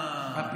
אהה, הינה כאן.